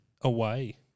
away